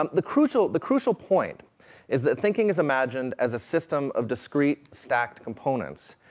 um the crucial, the crucial point is that thinking is imagined as a system of discrete, stacked components,